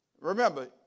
Remember